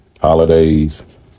holidays